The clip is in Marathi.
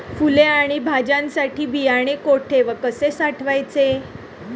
फुले आणि भाज्यांसाठी बियाणे कुठे व कसे साठवायचे?